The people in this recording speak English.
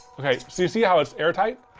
okay so you see how it's air tight?